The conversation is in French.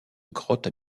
grottes